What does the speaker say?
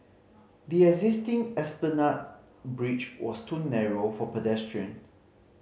the existing Esplanade Bridge was too narrow for pedestrians